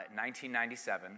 1997